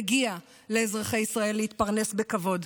מגיע לאזרחי ישראל להתפרנס בכבוד,